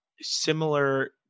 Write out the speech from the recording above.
similar